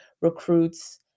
recruits